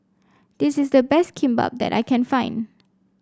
this is the best Kimbap that I can find